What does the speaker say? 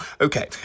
Okay